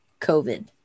COVID